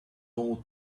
ought